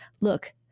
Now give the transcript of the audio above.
Look